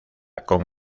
con